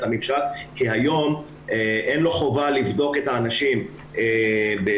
הממשק כי היום אין לו חובה לבדוק את האנשים בפעם